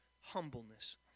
humbleness